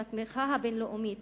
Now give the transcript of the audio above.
שהתמיכה הבין-לאומית